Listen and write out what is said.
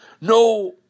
no